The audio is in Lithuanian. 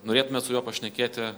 norėtumėt su juo pašnekėti